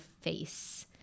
face